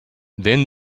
then